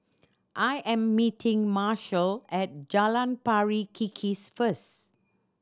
I am meeting Marshall at Jalan Pari Kikis first